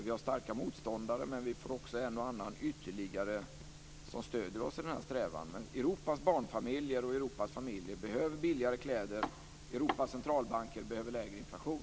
Vi har starka motståndare men det blir också en och annan ytterligare som stöder oss i denna strävan. Europas barnfamiljer och Europas familjer i övrigt behöver billigare kläder, och Europas centralbanker behöver lägre inflation.